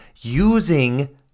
using